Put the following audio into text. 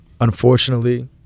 Unfortunately